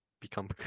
Become